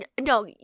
No